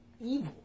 evil